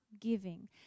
giving